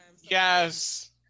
Yes